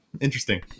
interesting